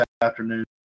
afternoon